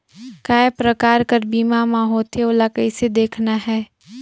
काय प्रकार कर बीमा मा होथे? ओला कइसे देखना है?